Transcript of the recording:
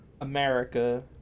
america